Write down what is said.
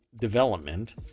development